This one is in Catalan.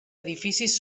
edificis